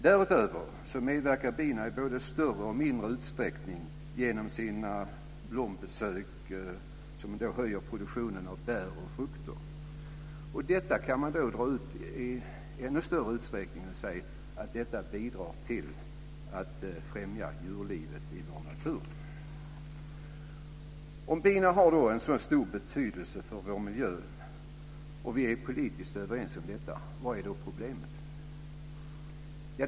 Därutöver medverkar bina i både större och mindre utsträckning genom sina blombesök till att höja produktionen av bär och frukter. Detta bidrar i sin tur till att främja djurlivet i vår natur. Om bina har en så stor betydelse för vår miljö, och vi är politiskt överens om detta, vad är då problemet?